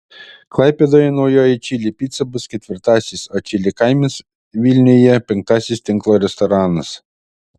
klaipėdoje naujoji čili pica bus ketvirtasis o čili kaimas vilniuje penktasis tinklo restoranas